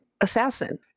assassin